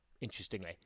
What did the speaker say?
interestingly